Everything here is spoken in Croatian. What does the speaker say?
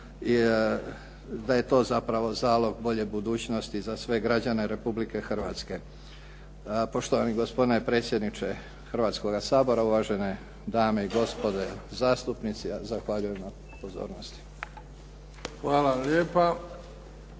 da je to zapravo zalog bolje budućnosti za sve građane Republike Hrvatske. Poštovani gospodine predsjedniče Hrvatskoga sabora, uvažene dame i gospodo zastupnici, zahvaljujem na pozornosti. **Bebić,